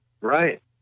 Right